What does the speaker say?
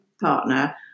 partner